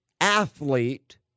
athlete